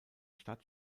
stadt